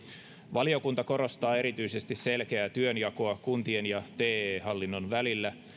valiokunta korostaa erityisesti selkeää työnjakoa kuntien ja te hallinnon välillä